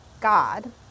God